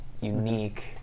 unique